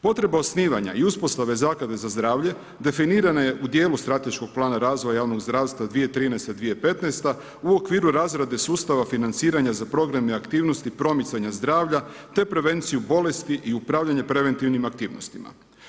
Potreba osnivanja i uspostave zaklade za zdravlje, definirana je u dijelu strateškog plana razvoja javnog zdravstva 2013.-2015. u okviru razrade sustava financiranja za programe i aktivnosti promicanja zdravlja, te prevenciju bolesti i upravljanje preventivnim aktivnostima.